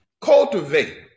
Cultivate